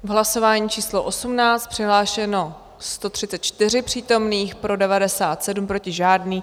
V hlasování číslo 18 je přihlášeno 134 přítomných, pro 97, proti žádný.